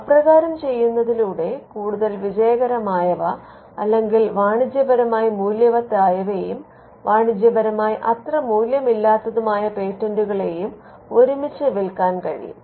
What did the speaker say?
അപ്രകാരം ചെയ്യുന്നതിലൂടെ കൂടുതൽ വിജയകരമായവ അല്ലെങ്കിൽ വാണിജ്യപരമായി മൂല്യവത്തായവയെയും വാണിജ്യപരമായി അത്ര മൂല്യമിമില്ലാത്തതുമായ പേറ്റന്റുകളെയും ഒരുമിച്ച് വിൽക്കാൻ കഴിയും